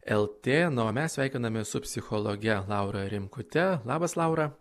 lt na o mes sveikiname su psichologe laura rimkute labas laura